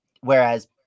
whereas